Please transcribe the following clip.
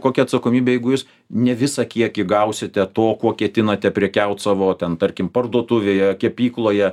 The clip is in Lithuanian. kokia atsakomybė jeigu jūs ne visą kiekį gausite to kuo ketinate prekiaut savo ten tarkim parduotuvėje kepykloje